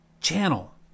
channel